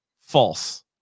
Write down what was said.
false